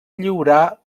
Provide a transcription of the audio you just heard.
lliurar